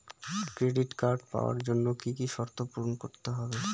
Credit card পাওয়ার জন্য কি কি শর্ত পূরণ করতে হবে?